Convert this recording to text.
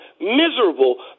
miserable